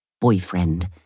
boyfriend